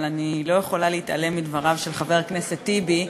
אבל אני לא יכולה להתעלם מדבריו של חבר הכנסת טיבי.